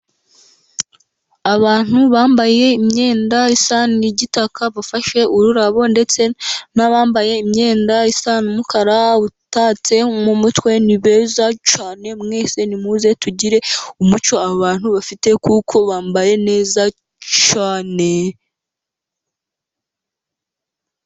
Abantu bambaye imyenda isa n'igitaka bafashe ururabo, ndetse n'abambaye imyenda isa n'umukara utatse mu mutwe, ni beza cyane. Mwese nimuze tugire umuco aba bantu bafite kuko bambaye neza cyane.